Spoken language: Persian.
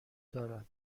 دارد